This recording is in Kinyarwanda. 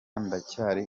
ndacyari